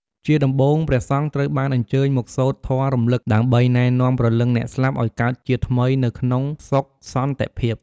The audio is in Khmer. ជាដំបូង ព្រះសង្ឃត្រូវបានអញ្ជើញមកសូត្រធម៌រលឹក ដើម្បីណែនាំព្រលឹងអ្នកស្លាប់ឲ្យកើតជាថ្មីនៅក្នុងសុខសន្តិភាព។